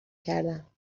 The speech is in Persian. کردم